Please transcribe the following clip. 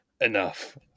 Enough